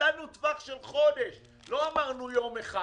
נתנו טווח של חודש, לא אמרנו יום אחד.